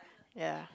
ya